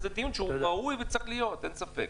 זה דיון שהוא ראוי וצריך להיות, אין ספק.